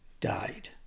died